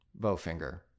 Bowfinger